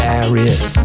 Paris